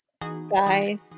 Bye